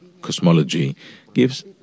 cosmology—gives